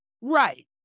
Right